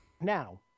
now